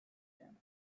him